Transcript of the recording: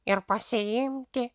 ir pasiimti